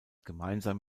gemeinsam